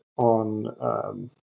on